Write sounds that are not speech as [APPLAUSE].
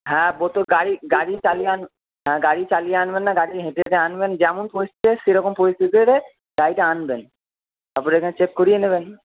হ্যাঁ [UNINTELLIGIBLE] গাড়ি গাড়ি চালিয়ে [UNINTELLIGIBLE] হ্যাঁ গাড়ি চালিয়ে আনবেন না গাড়ি হেঁটে হেঁটে আনবেন যেমন [UNINTELLIGIBLE] তেমন পরিস্থিতে এলে গাড়িটা আনবেন তারপরে এখানে চেক করিয়ে নেবেন